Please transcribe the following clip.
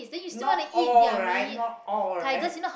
not all right not all right